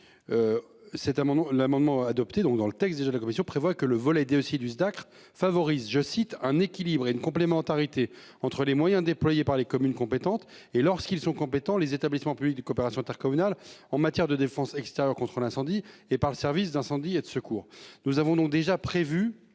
L'amendement adopté donc dans le texte, déjà la Commission prévoit que le vol été aussi dû s'Dacr favorise je cite un équilibre et une complémentarité entre les moyens déployés par les communes compétentes et lorsqu'ils sont compétents, les établissements publics de coopération intercommunale en matière de défense extérieure contre l'incendie et par le Service d'incendie et de secours. Nous avons non déjà prévu